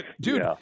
dude